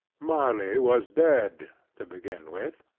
marley was dead to begin with.